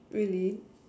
really